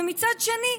ומצד שני,